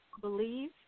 Believe